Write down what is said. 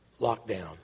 lockdown